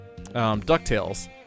DuckTales